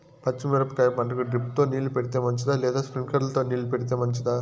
పచ్చి మిరపకాయ పంటకు డ్రిప్ తో నీళ్లు పెడితే మంచిదా లేదా స్ప్రింక్లర్లు తో నీళ్లు పెడితే మంచిదా?